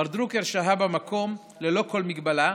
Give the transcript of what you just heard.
מר דרוקר שהה במקום ללא כל מגבלה,